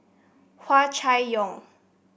Hua Chai Yong